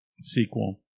sequel